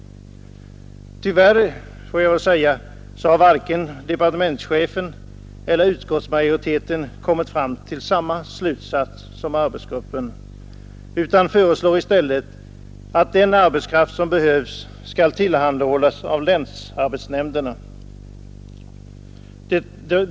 Tyvärr har varken departementschefen eller utskottsmajoriteten kommit fram till samma slutsats som arbetsgruppen utan föreslår i stället att den arbetskraft som behövs skall tillhandahållas av länsarbetsnämnderna.